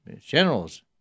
generals